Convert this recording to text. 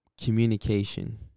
Communication